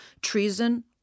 treason